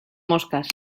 moscas